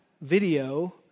video